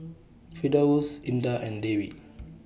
Firdaus Indah and Dewi